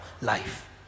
life